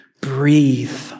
breathe